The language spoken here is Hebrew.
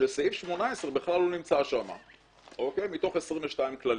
כשסעיף 18 בכלל לא נמצא שם מתוך 22 כללים.